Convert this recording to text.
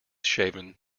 shaven